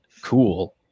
cool